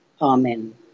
Amen